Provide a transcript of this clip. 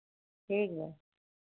ठीक बा